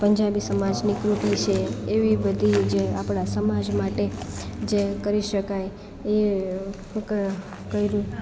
પંજાબી સમાજની કરુહી છે એવી બધી જે આપણા સમાજ માટે જે કરી શકાય એ હું કરું